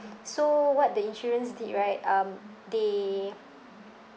so what the insurance did right um they